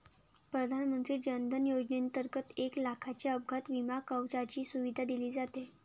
प्रधानमंत्री जन धन योजनेंतर्गत एक लाखाच्या अपघात विमा कवचाची सुविधा दिली जाते